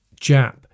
Jap